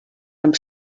amb